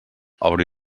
obri